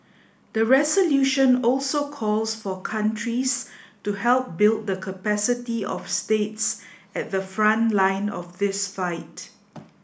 the resolution also calls for countries to help build the capacity of states at the front line of this fight